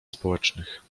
społecznych